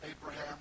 Abraham